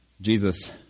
Jesus